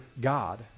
God